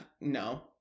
No